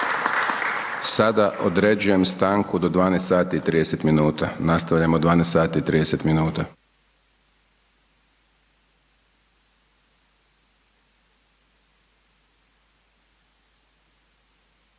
Sada određujem stanku do 12 sati i 30 minuta. Nastavljamo u 12 sati i 30 minuta.